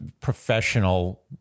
professional